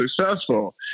successful